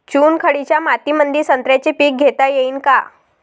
चुनखडीच्या मातीमंदी संत्र्याचे पीक घेता येईन का?